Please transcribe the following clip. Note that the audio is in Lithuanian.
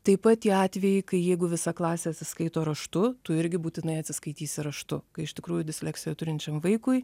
taip pat tie atvejai kai jeigu visa klasė atsiskaito raštu tu irgi būtinai atsiskaitysi raštu kai iš tikrųjų disleksija turinčiam vaikui